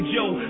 Joe